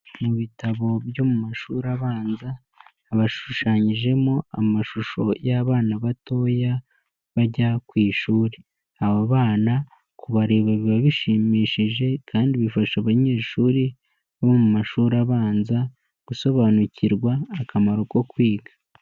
Mu bitabo byo mu mashuri abanza, aba ashushanyijemo amashusho y'abana batoya, bajya ku ishuri, abo bana kubareba biba bishimishije kandi bifasha abanyeshuri bo mu mashuri abanza, gusobanukirwa akamaro ko kwiga.